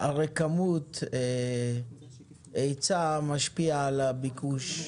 הרי כמות ההיצע משפיעה על הביקוש.